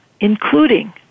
including